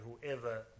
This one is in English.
whoever